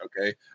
Okay